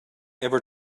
ever